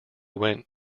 went